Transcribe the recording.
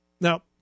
Now